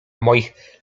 moich